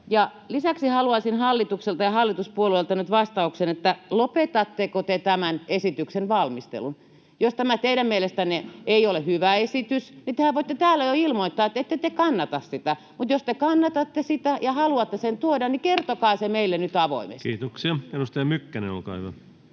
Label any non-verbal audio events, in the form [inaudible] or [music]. Lisäksi haluaisin hallitukselta ja hallituspuolueilta nyt vastauksen, että lopetatteko te tämän esityksen valmistelun. Jos tämä teidän mielestänne ei ole hyvä esitys, niin tehän voitte täällä jo ilmoittaa, että te ette kannata sitä, mutta jos te kannatatte sitä ja haluatte sen tuoda, niin kertokaa [noise] se meille nyt